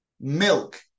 milk